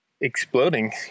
exploding